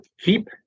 KEEP